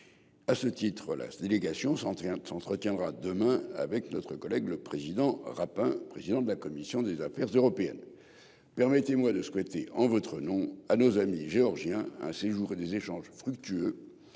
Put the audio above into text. À ce titre, la délégation s'entretiendra demain avec notre collègue Jean-François Rapin, président de la commission des affaires européennes. Permettez-moi de souhaiter à nos amis géorgiens un séjour et des échanges fructueux,